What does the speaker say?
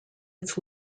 its